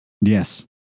Yes